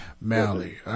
Mally